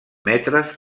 metres